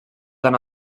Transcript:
anà